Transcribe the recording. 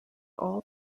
all